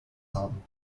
haben